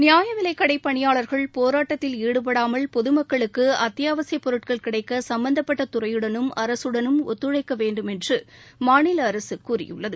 நியாய விலைக் கடை பணியாளர்கள் போராட்டத்தில் ஈடுபடாமல் பொது மக்களுக்கு அத்தியாவசிய பொருட்கள் கிடைக்க சம்மந்தப்டட்ட துறையுடனும் அரகடனும் ஒத்துழைக்க வேண்டும் என்று மாநில அரசு கூறியுள்ளது